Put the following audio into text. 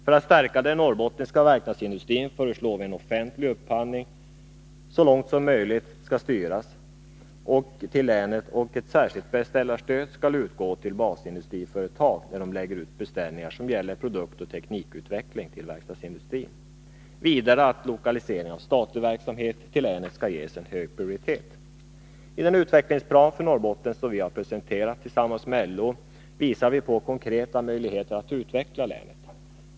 För att stärka den norrbottniska verkstadsindustrin föreslår vi att en offentlig upphandling så långt som möjligt skall styras till länet och att ett särskilt beställarstöd skall utgå till basindustriföretag, när de lägger ut beställningar som gäller produktoch teknikutveckling i fråga om verkstadsindustrin. Vidare bör lokalisering av statlig verksamhet till länet ges hög prioritet. I den utvecklingsplan för Norrbotten som vi har presenterat tillsammans med LO visar vi på konkreta möjligheter att utveckla länet.